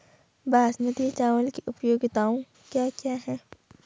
बासमती चावल की उपयोगिताओं क्या क्या हैं?